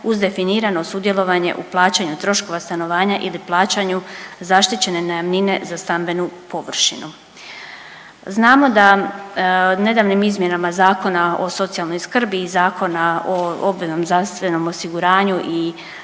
uz definirano sudjelovanje u plaćanju troškova stanovanja ili plaćanju zaštićene najamnine za stambenu površinu. Znamo da nedavnim izmjenama Zakona o socijalnoj skrbi i Zakona o obveznom zdravstvenom osiguranju i